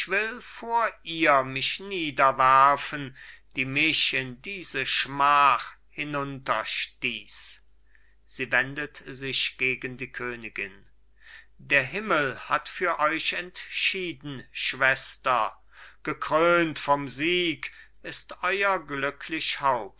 vor ihr mich niederwerfen die mich in diese schmach herunterstieß sie wendet sich gegen die königin der himmel hat für euch entschieden schwester gekrönt vom sieg ist euer